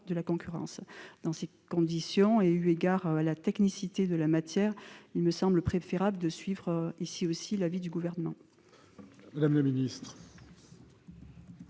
de la concurrence. Dans ces conditions, et eu égard à la technicité de la matière, il me semble préférable de suivre ici encore l'avis du Gouvernement.